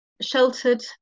sheltered